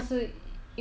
创造诶